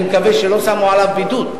אני מקווה שלא שמו אותו בבידוד,